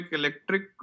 electric